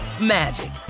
magic